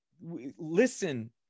listen